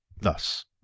Thus